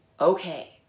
Okay